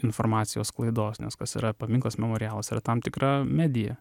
informacijos sklaidos nes kas yra paminklas memorialas yra tam tikra medija